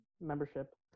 membership